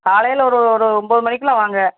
காலையில் ஒரு ஒரு ஒன்போது மணிக்குள்ளே வாங்க